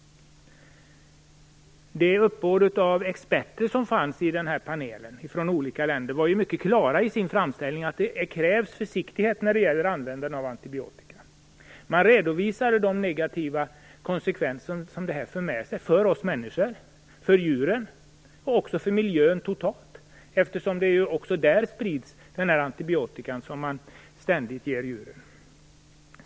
Det uppbåd av experter som fanns i panelen från olika länder lämnade i sin framställning klara besked om att det krävs försiktighet när det gäller användningen av antibiotika. Man redovisade de negativa konsekvenser som det för med sig för oss människor, för djuren och också för miljön totalt, eftersom den antibiotika som man ständigt ger till djuren sprids i naturen.